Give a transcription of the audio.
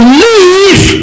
leave